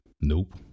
Nope